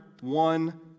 one